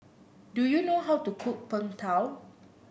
do you know how to cook Png Tao